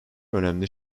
önemli